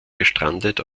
gestrandet